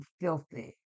filthy